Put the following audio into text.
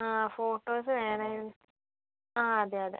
ആ ഫോട്ടോസ് വേണായ് ആ അതെ അതെ